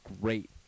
great